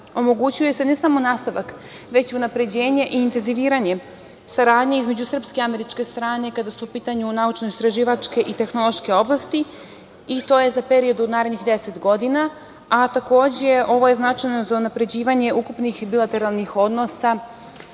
omogućuje se ne samo nastavak, već i unapređenje i intenziviranje saradnje između srpske i američke strane kada su u pitanju naučno-istraživačke i tehnološke oblasti, i to je za period od narednih 10 godina. Takođe, ovo je značajno za unapređivanje ukupnih bilateralnih odnosa